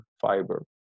fiber